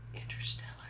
Interstellar